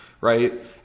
right